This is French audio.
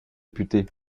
député